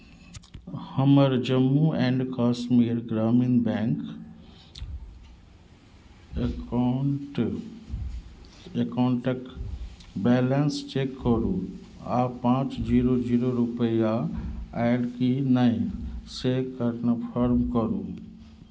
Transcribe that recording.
हमर Jammu and Kashmir Grameen bank account एकाउंटक balance check करू आ पाँच जीरो जीरो रुपैआ आयल कि नहि से कनफर्म करू